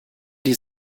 die